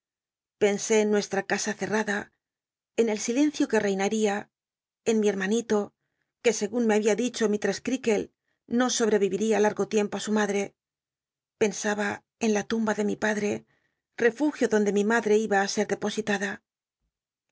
pensé en nuestra ca a ccttada en el silencio que reinaría en mi hcrmanilo que un me había dicho mistrcss crcaklc no sobtcviviria latgo licrllpo í su llladroc pensaba en la tu mba de mi path'c refugio donde mi madre iba í ser depositada